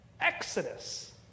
exodus